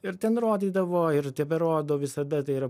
ir ten rodydavo ir teberodo visada tai yra